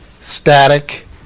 static